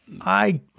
I-